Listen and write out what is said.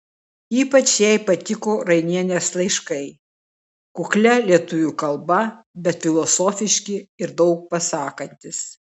ypač jai patiko rainienės laiškai kuklia lietuvių kalba bet filosofiški ir daug pasakantys